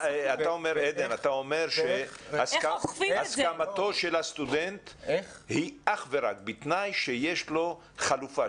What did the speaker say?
אתה אומר שהסכמתו של הסטודנט היא אך ורק בתנאי שיש לו חלופה,